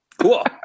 Cool